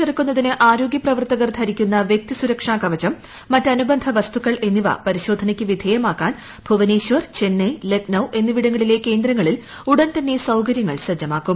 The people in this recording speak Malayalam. ചെറുക്കുന്നതിന് ആരോഗ്യപ്രവർത്തകർ ധരിക്കുന്ന വ്യക്തി സുരക്ഷാ കവചം മറ്റ് അനുബന്ധ വസ്തുക്കൾ എന്നിവ പരിശോധനയ്ക്ക് വിധേയമാക്കാൻ ഭൂവനേശ്വർ ചെന്നൈ ലക്നൌ എന്നിവിടങ്ങളിലെ കേന്ദ്രങ്ങളിൽ ഉടൻ തന്നെ സൌകര്യങ്ങൾ സജ്ജമാകും